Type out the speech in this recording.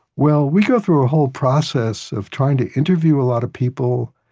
well, we go through a whole process of trying to interview a lot of people,